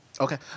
okay